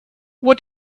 what